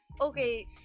okay